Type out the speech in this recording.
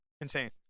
Insane